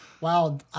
Wow